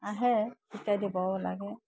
আহে তেতিয়া দিবও লাগে